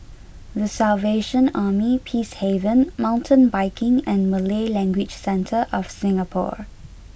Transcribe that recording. the Salvation Army Peacehaven Mountain Biking and Malay Language Centre of Singapore